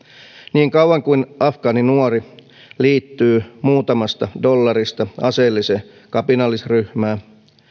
niin kauan kuin afgaaninuori liittyy muutamasta dollarista aseelliseen kapinallisryhmään